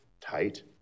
tight